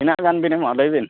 ᱛᱤᱱᱟᱹᱜ ᱜᱟᱱ ᱵᱤᱱ ᱮᱢᱚᱜᱼᱟ ᱞᱟᱹᱭ ᱵᱤᱱ